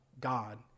God